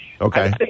Okay